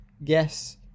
yes